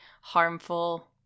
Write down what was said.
harmful